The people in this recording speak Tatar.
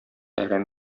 әрәм